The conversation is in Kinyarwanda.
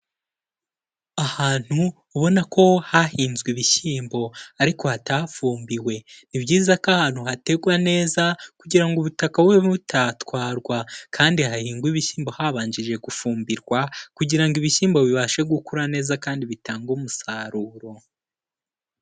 Ahantu ubona ko hahinzwe ibishyimbo, ariko hatafumbiwe, ni byiza ko ahantu hategwa neza, kugira ngo ubutaka bube butatwarwa, kandi hahingwe ibishyimbo habanjije gufumbirwa, kugira ngo ibishyimbo bibashe gukura neza kandi bitanga umusaruro.